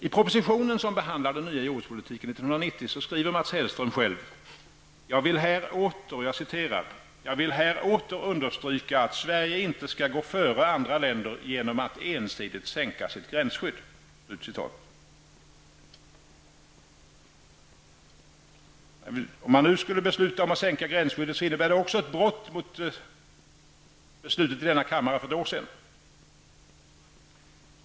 I propositionen som behandlar den nya jordbrukspolitiken 1990 skriver Mats Hellström själv: ''Jag vill här åter understryka att Sverige inte skall gå före andra länder genom att ensidigt sänka sitt gränsskydd.'' Att nu sänka gränsskyddet innebär också ett brott mot tidigare beslut här i denna kammare för ett år sedan.